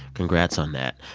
congrats on that.